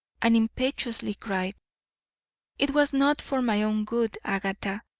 and impetuously cried it was not for my own good, agatha,